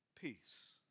peace